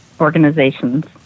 organizations